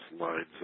lines